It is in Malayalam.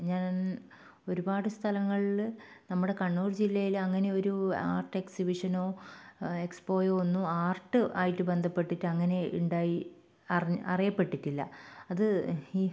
ഞാൻ ഒരുപാട് സ്ഥലങ്ങളിൽ നമ്മുടെ കണ്ണൂർ ജില്ലയിൽ അങ്ങനെ ഒരു ആർട്ട് എക്സിബിഷനോ എക്സ്പോയോ ഒന്നും ആർട്ട് ആയിട്ട് ബന്ധപ്പെട്ടിട്ട് അങ്ങനെ ഉണ്ടായി അറിയപ്പെട്ടിട്ടില്ല അത് ഈ